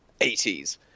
80s